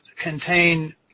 contain